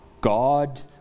God